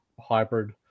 hybrid